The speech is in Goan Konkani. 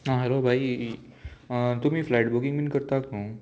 आं हॅलो भाई तुमी फ्लायट बुकींग बीन करतात न्हू